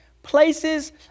Places